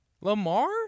Lamar